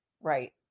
Right